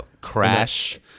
Crash